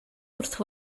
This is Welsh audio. wrth